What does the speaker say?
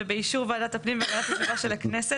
ובאישור ועדת הפנים והגנת הסביבה של הכנסת,